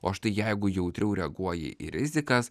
o štai jeigu jautriau reaguoji į rizikas